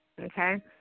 Okay